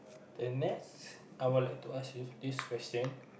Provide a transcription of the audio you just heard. then next I would like ask you this question